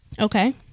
Okay